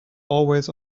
always